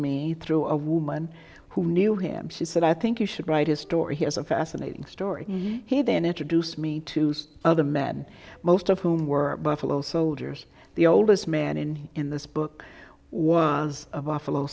me through a woman who knew him she said i think you should write his story here is a fascinating story he then introduced me to other men most of whom were buffalo soldiers the oldest man in in this book was a